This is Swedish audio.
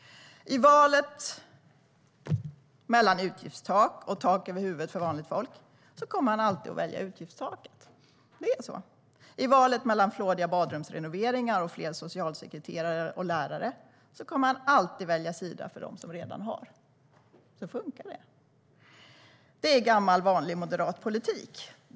I valet mellan utgiftstak och tak över huvudet för vanligt folk kommer han alltid att välja utgiftstaket. Så är det. I valet mellan flådiga badrumsrenoveringar och fler socialsekreterare och lärare kommer han alltid att välja sida för dem som redan har. Så funkar det. Det är gammal vanlig moderatpolitik.